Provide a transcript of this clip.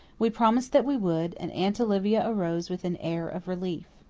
we promised that we would, and aunt olivia arose with an air of relief.